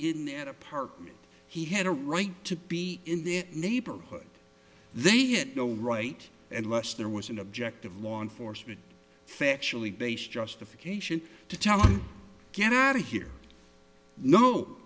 an apartment he had a right to be in their neighborhood they had no right unless there was an objective law enforcement factually based justification to tell him get out of here no